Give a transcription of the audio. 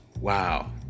wow